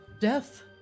death